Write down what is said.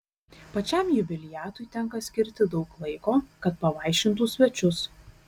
pačiam jubiliatui tenka skirti daug laiko kad pavaišintų svečius